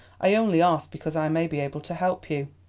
i only ask because i may be able to help you.